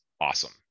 awesome